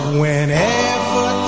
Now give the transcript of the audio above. whenever